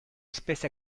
espèce